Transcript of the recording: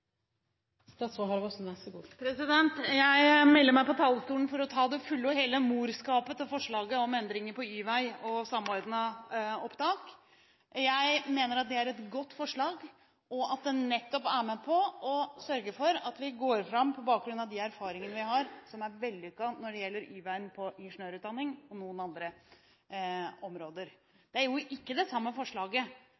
Jeg melder meg på talerlisten for å ta det hele og fulle morskapet til forslaget om endring av Y-vei og Samordna opptak. Jeg mener det er et godt forslag, og at det nettopp er med på å sørge for at vi går fram – på bakgrunn av de erfaringene vi har, som er vellykket når det gjelder Y-veien i ingeniørutdanningen og på noen andre områder.